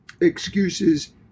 excuses